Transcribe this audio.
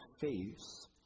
face